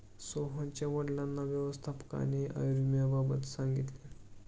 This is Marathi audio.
सोहनच्या वडिलांना व्यवस्थापकाने आयुर्विम्याबाबत सांगितले